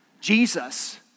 Jesus